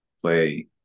play